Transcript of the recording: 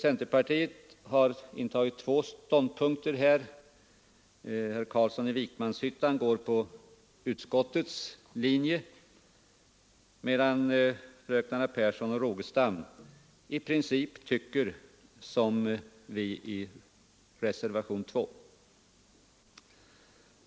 Centerpartiet har intagit två ståndpunkter här — herr Carlsson i Vikmanshyttan går på utskottsmajoritetens linje, medan fröknarna Pehrsson och Rogestam i princip tycker som vi som står bakom reservationen 2.